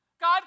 God